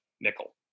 nickel